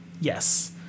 yes